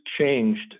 changed